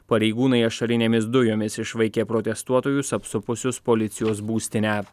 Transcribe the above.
pareigūnai ašarinėmis dujomis išvaikė protestuotojus apsupusius policijos būstinę